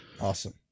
awesome